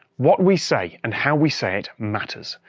what we say and how we say it matters.